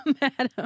madam